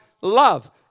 love